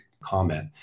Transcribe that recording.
comment